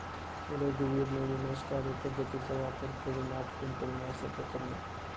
रघुवीरने विनाशकारी पद्धतीचा वापर करून आठ क्विंटल मासे पकडले